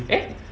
eh